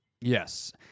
Yes